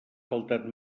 faltat